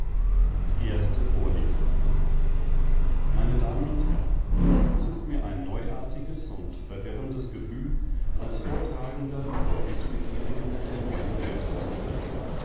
meine damen und herren es ist mir ein neuartiges und verwirrendes gefühl als vortragender vor wißbegierigen der neuen welt zu stehen